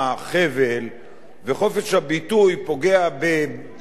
וחופש הביטוי יכול לפגוע בביטחון המדינה,